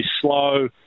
slow